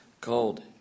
called